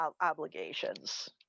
obligations